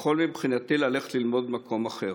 יכול מבחינתי ללכת ללמוד במקום אחר.